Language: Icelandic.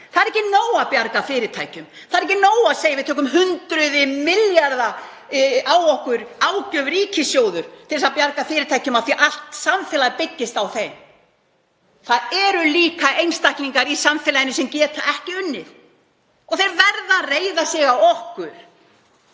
Það er ekki nóg að bjarga fyrirtækjum. Það er ekki nóg að segja: Við tökum hundruð milljarða ágjöf á okkur, ríkissjóður, til að bjarga fyrirtækjum af því að allt samfélagið byggist á þeim. En það eru líka einstaklingar í samfélaginu sem ekki geta unnið og þeir verða að reiða sig á okkur.